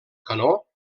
canó